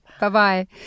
Bye-bye